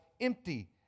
empty